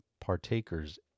partakers